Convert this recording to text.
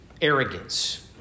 arrogance